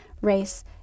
race